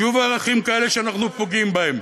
שוב ערכים כאלה שאנחנו פוגעים בהם.